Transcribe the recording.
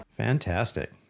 Fantastic